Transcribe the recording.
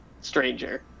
stranger